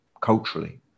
culturally